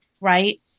right